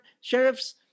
sheriff's